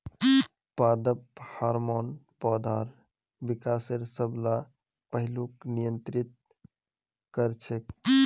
पादप हार्मोन पौधार विकासेर सब ला पहलूक नियंत्रित कर छेक